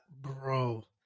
Bro